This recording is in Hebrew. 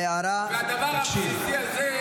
ההערה --- הדבר הבסיסי הזה,